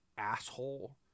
asshole